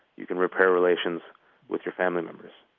you can repair relations with your family members.